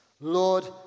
Lord